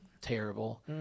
terrible